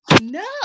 No